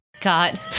God